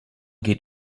geht